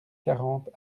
quarante